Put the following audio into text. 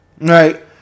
right